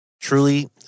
truly